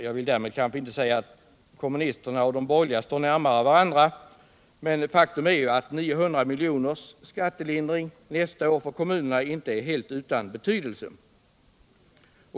Därmed vill jag kanske inte säga att kommunisterna och de borgerliga står närmare varandra, men faktum är att 900 milj.kr. i skattelindring nästa år för kommunerna inte är helt utan betydelse.